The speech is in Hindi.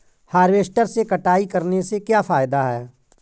हार्वेस्टर से कटाई करने से क्या फायदा है?